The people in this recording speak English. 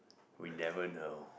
we never know